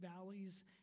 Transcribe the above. valleys